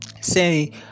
say